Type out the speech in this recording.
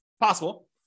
possible